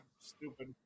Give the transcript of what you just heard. Stupid